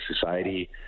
society